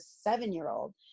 seven-year-old